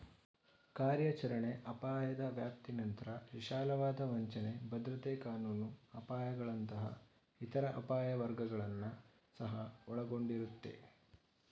ಕಾರ್ಯಾಚರಣೆ ಅಪಾಯದ ವ್ಯಾಪ್ತಿನಂತ್ರ ವಿಶಾಲವಾದ ವಂಚನೆ, ಭದ್ರತೆ ಕಾನೂನು ಅಪಾಯಗಳಂತಹ ಇತರ ಅಪಾಯ ವರ್ಗಗಳನ್ನ ಸಹ ಒಳಗೊಂಡಿರುತ್ತೆ